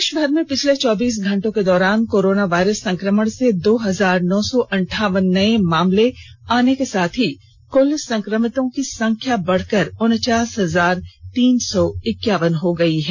देश भर में पिछले चौबीस घंटों के दौरान कोरोना वायरस संक्रमण से दो हजार नौ सौ अंठावन नये मामले आने के साथ ही कुल संकमितों की संख्या बढकर उनचास हजार तीन सौ इक्यावन हो गई है